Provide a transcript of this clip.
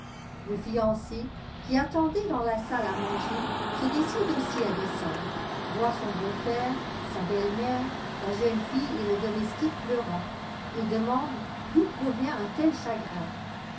le fiancé qui attendait dans la salle à manger se décide aussi à descendre voit son beau-père sa belle-mère la jeune fille et le domestique pleurant et demande d'où provient un tel chagrin